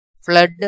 flood